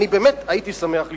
באמת הייתי שמח לשמוע.